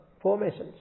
formations